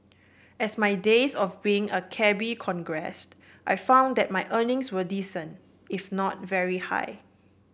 as my days of being a cabby crogressed I found that my earnings were decent if not very high